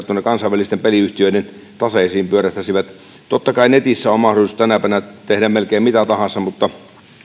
tuonne kansainvälisten peliyhtiöiden taseisiin pyörähtäisivät totta kai netissä on mahdollisuus tänäpänä tehdä melkein mitä tahansa mutta sille